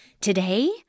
Today